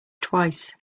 twice